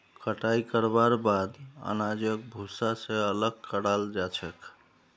कटाई करवार बाद अनाजक भूसा स अलग कराल जा छेक